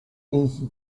easy